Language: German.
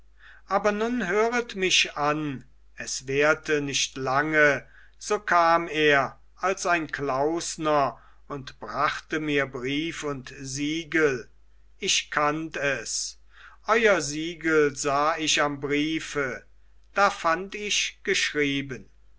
aber nun höret mich an es währte nicht lange so kam er als ein klausner und brachte mir brief und siegel ich kannt es euer siegel sah ich am briefe da fand ich geschrieben